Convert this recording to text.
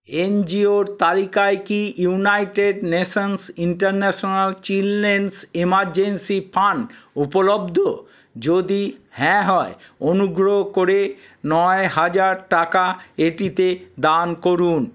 N G ওর তালিকায় কি United Nations International Children's Emergency Fund উপলব্ধ যদি হ্যাঁ হয় অনুগ্রহ করে নয় হাজার টাকা এটিতে দান করুন